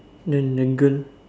then the girl